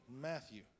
Matthew